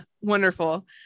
wonderful